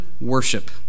worship